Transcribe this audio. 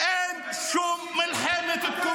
--- קיום מדינת ישראל.